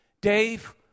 Dave